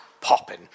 popping